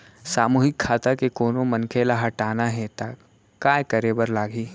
सामूहिक खाता के कोनो मनखे ला हटाना हे ता काय करे बर लागही?